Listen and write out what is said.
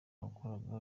wakoraga